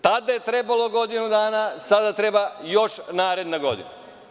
Znači, tada je trebalo godinu dana, a sada treba još naredna godina.